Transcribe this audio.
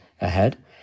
ahead